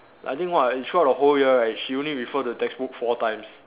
I think what throughout the whole year right she only refer the textbook four times